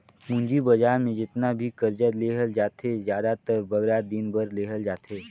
पूंजी बजार में जेतना भी करजा लेहल जाथे, जादातर बगरा दिन बर लेहल जाथे